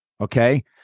Okay